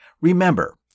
remember